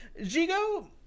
Jigo